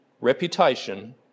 reputation